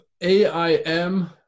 AIM